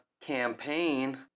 campaign